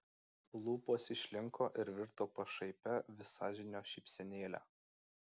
lūpos išlinko ir virto pašaipia visažinio šypsenėle